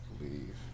leave